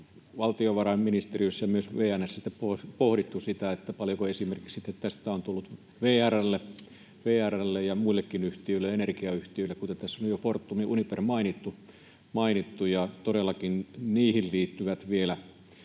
valtiovarainministeriössä ja myös VN:ssä pohdittu sitä, paljonko esimerkiksi tästä on tullut tappiota VR:lle ja muillekin yhtiöille, energiayhtiöille, kuten tässä on jo Fortumin Uniper mainittu, ja todellakin niihin liittyvät vielä